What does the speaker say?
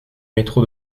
métro